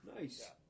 Nice